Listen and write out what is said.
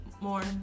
more